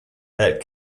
that